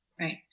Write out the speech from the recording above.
Right